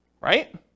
right